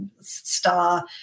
star